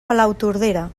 palautordera